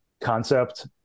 concept